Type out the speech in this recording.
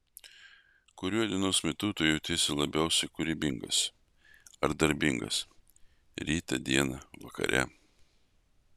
kuriuo dienos metu tu jautiesi labiausiai kūrybingas ar darbingas rytą dieną vakare